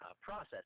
process